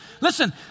Listen